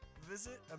Visit